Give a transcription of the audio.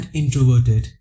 introverted